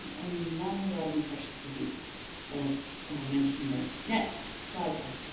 and not a whole lot of infectious disease that's mentioned there. next slide please.